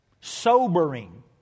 sobering